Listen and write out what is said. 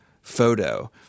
photo